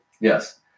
Yes